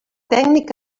tècnic